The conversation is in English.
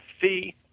fee